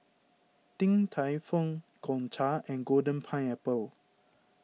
Din Tai Fung Gongcha and Golden Pineapple